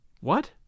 What